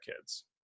kids